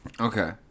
Okay